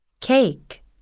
Cake